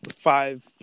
five